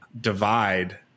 divide